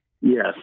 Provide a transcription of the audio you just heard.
Yes